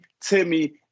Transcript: Timmy